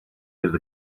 with